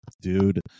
Dude